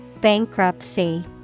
Bankruptcy